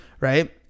right